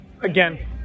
again